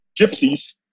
gypsies